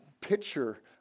picture